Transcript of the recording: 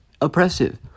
Oppressive